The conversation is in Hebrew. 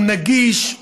הוא נגיש,